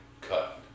cut